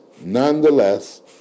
nonetheless